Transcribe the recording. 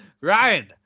Ryan